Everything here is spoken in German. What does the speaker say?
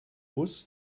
bus